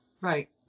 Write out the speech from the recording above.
Right